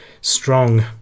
strong